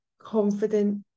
confident